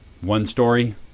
one-story